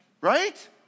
right